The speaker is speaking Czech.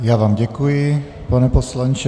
Já vám děkuji, pane poslanče.